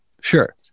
Sure